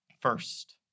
first